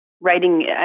writing